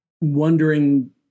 wondering